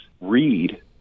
read